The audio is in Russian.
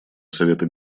совета